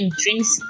drinks